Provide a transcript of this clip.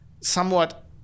somewhat